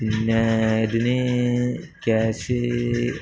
പിന്നെ അതിന് ക്യാഷ്